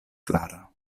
klara